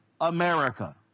America